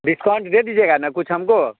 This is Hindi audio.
डिस्काउंट दे दीजिएगा ना कुछ हमको